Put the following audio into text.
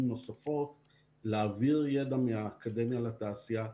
נוספות להעביר ידע מאקדמיה לתעשייה,